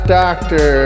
doctor